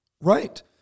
right